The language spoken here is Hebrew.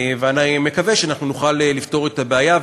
אני מקווה שנוכל לפתור את הבעיה,